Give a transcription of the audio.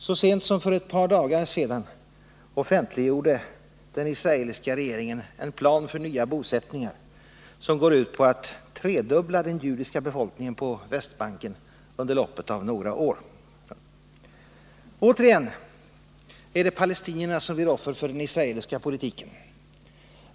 Så sent som för ett par dagar sedan offentliggjorde den israeliska regeringen en plan för nya bosättningar som går ut på att tredubbla den judiska befolkningen på Västbanken under loppet av några år. Återigen är det palestinierna som blir offer för den israeliska politiken.